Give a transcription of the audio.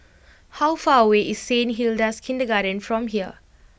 how far away is Saint Hilda's Kindergarten from here